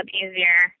easier